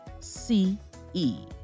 C-E